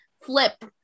flip